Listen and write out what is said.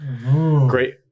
great